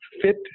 fit